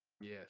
Yes